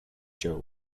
joe